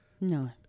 No